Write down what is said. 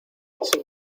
sin